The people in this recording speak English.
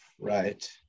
right